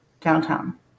downtown